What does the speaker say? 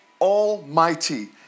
almighty